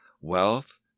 Wealth